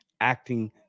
acting